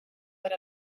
per